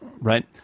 right